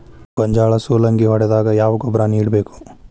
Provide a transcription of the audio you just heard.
ಗೋಂಜಾಳ ಸುಲಂಗೇ ಹೊಡೆದಾಗ ಯಾವ ಗೊಬ್ಬರ ನೇಡಬೇಕು?